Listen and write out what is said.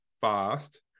fast